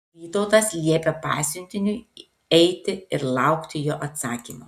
vytautas liepė pasiuntiniui eiti ir laukti jo atsakymo